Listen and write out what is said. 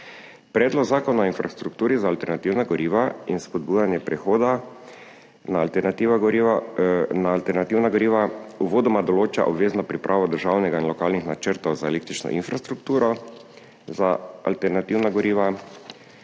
Predlog zakona o infrastrukturi za alternativna goriva in spodbujanje prehoda na alternativna goriva uvodoma določa obvezno pripravo državnega in lokalnih načrtov za električno infrastrukturo za alternativna goriva,